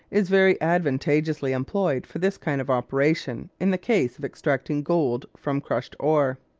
is very advantageously employed for this kind of operation in the case of extracting gold from crushed ore.